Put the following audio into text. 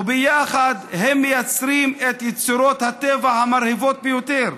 וביחד הם מייצרים את יצירות הטבע המרהיבות ביותר,